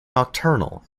nocturnal